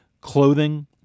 clothing